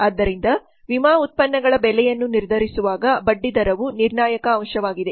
ಆದ್ದರಿಂದ ವಿಮಾ ಉತ್ಪನ್ನಗಳ ಬೆಲೆಯನ್ನು ನಿರ್ಧರಿಸುವಾಗ ಬಡ್ಡಿದರವು ನಿರ್ಣಾಯಕ ಅಂಶವಾಗಿದೆ